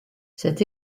cet